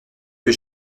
que